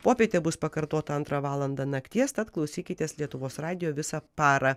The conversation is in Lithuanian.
popietė bus pakartota antrą valandą nakties tad klausykitės lietuvos radijo visą parą